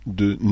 de